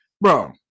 bro